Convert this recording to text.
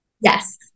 Yes